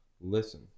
listen